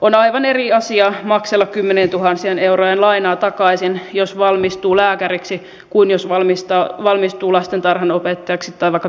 on aivan eri asia maksella kymmenientuhansien eurojen lainaa takaisin jos valmistuu lääkäriksi kuin jos valmistuu lastentarhanopettajaksi tai vaikka kirjastonhoitajaksi